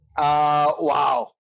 Wow